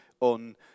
on